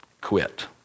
quit